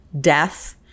death